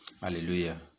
hallelujah